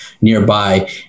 nearby